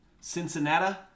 Cincinnati